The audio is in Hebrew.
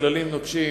וכללים נוקשים,